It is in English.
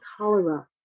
cholera